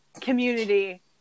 community